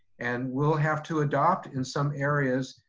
and we'll have to adopt in some areas,